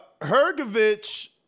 Hergovich